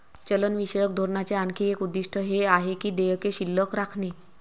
चलनविषयक धोरणाचे आणखी एक उद्दिष्ट हे आहे की देयके शिल्लक राखणे